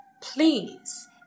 please